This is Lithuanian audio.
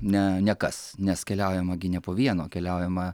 ne nekas nes keliaujama gi ne po vieną o keliaujama